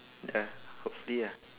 ya hopefully ah